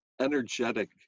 energetic